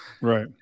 Right